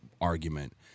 argument